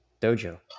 Dojo